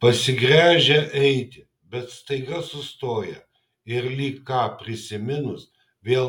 pasigręžia eiti bet staiga sustoja ir lyg ką prisiminus vėl